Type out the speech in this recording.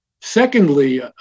Secondly